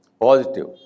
Positive